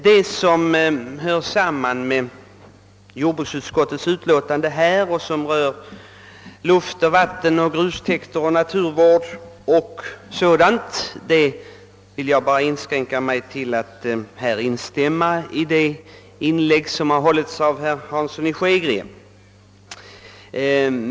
I fråga om jordbruksutskottets utlåtande, som rör luft, vatten, grustäkter, naturvård och sådant, vill jag inskränka mig till att instämma i det anförande som hållits av herr Hansson i Skegrie.